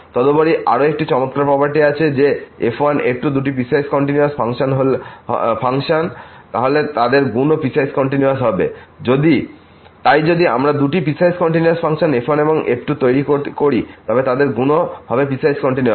তদুপরি আরও একটি চমৎকার প্রপার্টি আছে যে f1 f2 দুটি পিসওয়াইস কন্টিনিউয়াস ফাংশন তাহলে তাদের গুণও পিসওয়াইস কন্টিনিউয়াস হবে তাই যদি আমরা দুটি পিসওয়াইস কন্টিনিউয়াস ফাংশন f1 এবং f2 তৈরি করি তবে তাদের গুণও হবে পিসওয়াইস কন্টিনিউয়াস